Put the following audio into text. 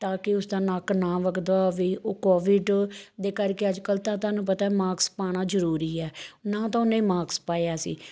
ਤਾਂ ਕਿ ਉਸਦਾ ਨੱਕ ਨਾ ਵੱਗਦਾ ਹੋਵੇ ਉਹ ਕੋਵਿਡ ਦੇ ਕਰਕੇ ਅੱਜ ਕੱਲ੍ਹ ਤਾਂ ਤੁਹਾਨੂੰ ਪਤਾ ਮਾਕਸ ਪਾਉਣਾ ਜ਼ਰੂਰੀ ਹੈ ਨਾ ਤਾਂ ਉਹਨੇ ਮਾਕਸ ਪਾਇਆ ਸੀ